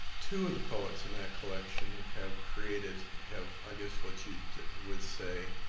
two of the poets in that collection have created have, i guess, what you would say,